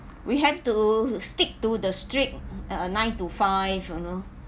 we have to stick to the strict uh nine to five you know